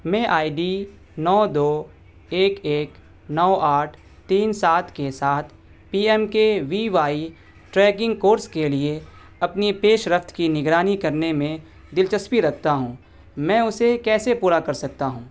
میں I D نو دو ایک ایک نو آٹھ تین سات کے ساتھ P M K V Y tracking course کے لیے اپنی پیش رفت کی نگرانی کرنے میں دلچسپی رکھتا ہوں میں اسے کیسے پورا کر سکتا ہوں